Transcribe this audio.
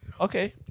Okay